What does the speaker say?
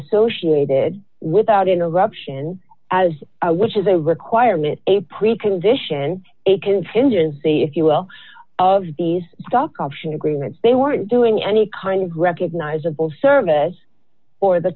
associated without interruption as which is a requirement a precondition a contingency if you will of these stock option agreements they weren't doing any kind who recognisable service or the